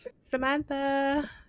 samantha